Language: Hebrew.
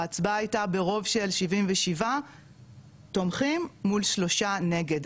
ההצבעה הייתה ברוב של 77 תומכים מול שלושה נגד,